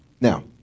now